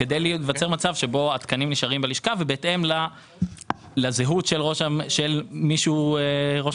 בלשכה ובהתאם לזהות של מי שהוא ראש